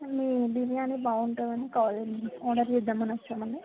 మీ బిర్యానీ బాగుంటుందని call order చేద్దాం అని వచ్చాము